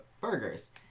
burgers